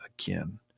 again